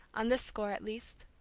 on this score at least.